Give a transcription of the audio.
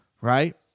Right